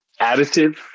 additive